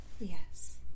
yes